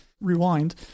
Rewind